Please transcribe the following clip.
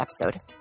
episode